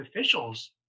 officials